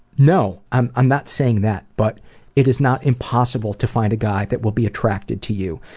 no, i'm i'm not saying that, but it is not impossible to find a guy that will be attracted to you,